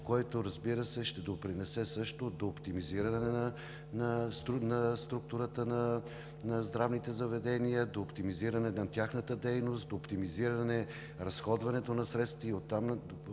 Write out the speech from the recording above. който, разбира се, също ще допринесе до оптимизиране на структурата на здравните заведения, до оптимизиране на тяхната дейност, до оптимизиране на разходването на средства и оттам